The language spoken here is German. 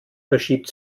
verschiebt